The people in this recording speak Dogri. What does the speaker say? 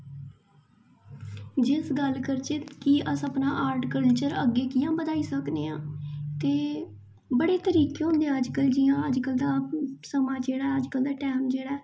जे अस गल्ल करचै कि अस अपना ऑर्ट कल्चर अग्गें कि'यां बधाई सकने आं ते बड़े तरीके होंदे अजकल्ल जि'यां जि'यां अजकल्ल दा समां जेह्ड़ा अजकल्ल दा टैम जेह्ड़ा